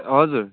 हजुर